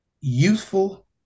useful